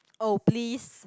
oh please